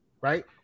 right